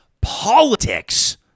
politics